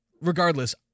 Regardless